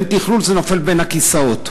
אין תכלול, זה נופל בין הכיסאות.